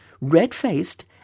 red-faced